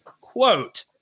quote